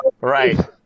right